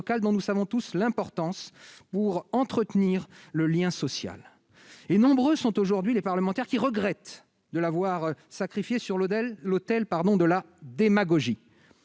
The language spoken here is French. dont nous connaissons tous l'importance pour entretenir le lien social. Nombreux sont aujourd'hui les parlementaires qui regrettent de l'avoir sacrifiée sur l'autel de la démagogie.